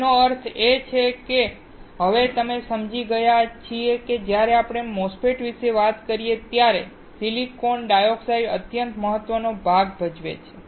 તેનો અર્થ એ છે કે હવે આપણે સમજી ગયા છીએ કે જ્યારે આપણે MOSFET વિશે વાત કરીએ ત્યારે સિલિકોન ડાયોક્સાઇડ અત્યંત મહત્વનો ભાગ છે